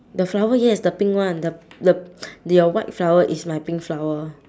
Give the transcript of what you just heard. the flower yes the pink one the the the your white flower is my pink flower